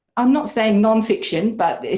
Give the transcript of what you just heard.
i'm not saying non-fiction, but